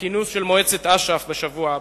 בכינוס של מועצת אש"ף בשבוע הבא.